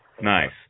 Nice